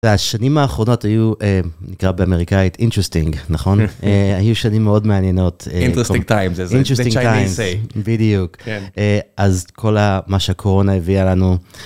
השנים האחרונות היו, נקרא באמריקאית, interesting, נכון? היו שנים מאוד מעניינות. Interesting times. Interesting times. בדיוק, אז כל מה שהקורונה הביאה לנו.